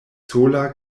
sola